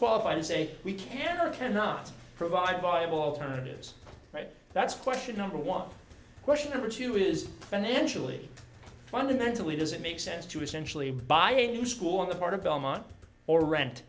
qualified to say we can or cannot provide viable alternatives right that's question number one question number two his financial aid fundamentally does it make sense to essentially buy a new school on the part of belmont or rent